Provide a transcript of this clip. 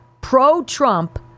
pro-Trump